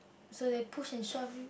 so they push and shove you